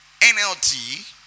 NLT